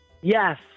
Yes